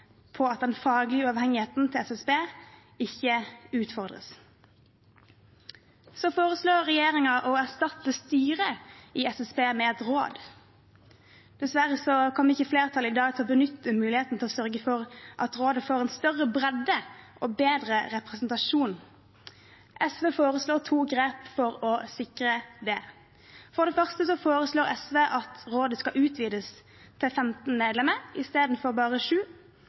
på at den faglige uavhengigheten til SSB ikke utfordres. Så foreslår regjeringen å erstatte styret i SSB med et råd. Dessverre kommer ikke flertallet i dag til å benytte muligheten til å sørge for at rådet får en større bredde og bedre representasjon. SV foreslår to grep for å sikre det. For det første foreslår SV at rådet skal utvides til 15 medlemmer i stedet for bare 7. Der sju